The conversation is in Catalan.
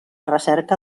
recerca